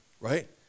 right